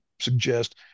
suggest